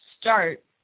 start